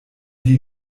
die